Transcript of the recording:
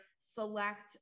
select